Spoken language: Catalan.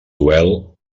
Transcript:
duel